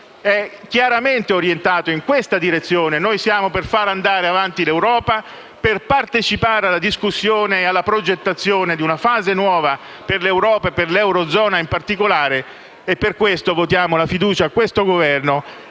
è chiaramente orientato verso questa direzione: siamo per far andare avanti l'Europa e partecipare alla discussione e alla progettazione di una fase nuova per l'Europa e per l'eurozona in particolare. Per questa ragione, votiamo la fiducia a questo Governo